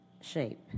shape